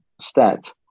stat